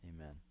Amen